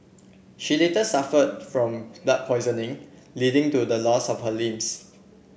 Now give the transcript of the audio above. she later suffered from blood poisoning leading to the loss of her limbs